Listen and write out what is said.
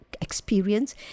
experience